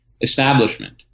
establishment